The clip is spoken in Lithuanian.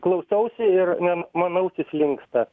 klausaus ir man ausys linksta